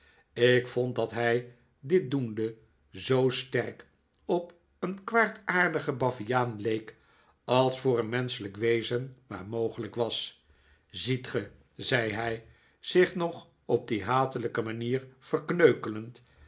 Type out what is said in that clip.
ik vond dat hij dit doende zoo sterk op een kwaadaardigen baviaan leek als voor een menschelijk wezen maar mogelijk was ziet ge zei hij zich nog op die hatelijke manier